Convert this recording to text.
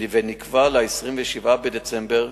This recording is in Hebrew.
ונקבע ל-27 בדצמבר